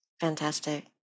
fantastic